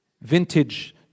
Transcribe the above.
vintage